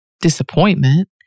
disappointment